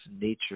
nature